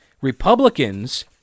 Republicans